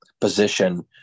position